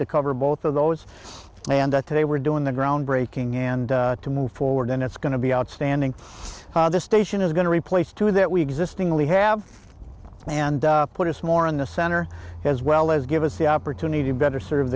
to cover both of those and at today we're doing the groundbreaking and to move forward and it's going to be outstanding how this station is going to replace two that we exist in the we have and put us more in the center as well as give us the opportunity to better serve